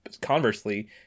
conversely